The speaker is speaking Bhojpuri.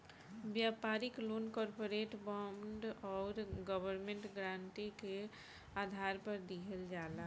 व्यापारिक लोन कॉरपोरेट बॉन्ड आउर गवर्नमेंट गारंटी के आधार पर दिहल जाला